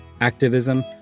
activism